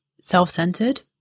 self-centered